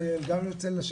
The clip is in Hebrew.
גם יוצא איתם לטייל,